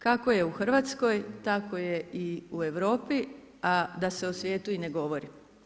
Kako je u Hrvatskoj, tako je i u Europi a da se o svijetu i ne govori.